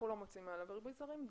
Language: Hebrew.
אנחנו לא מוצאים מעלה בריבוי שרים,